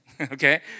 okay